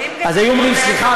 היו אומרים: סליחה,